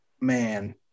man